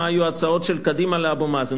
מה היו ההצעות של קדימה לאבו מאזן.